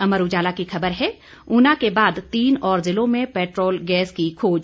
अमर उजाला की खबर है ऊना के बाद तीन और जिलों में पेट्रोल गैस की खोज